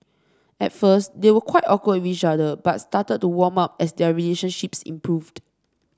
at first they were quite awkward with each other but started to warm up as their relationships improved